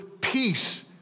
peace